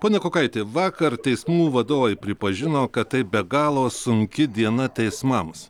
pone kukuraiti vakar teismų vadovai pripažino kad tai be galo sunki diena teismams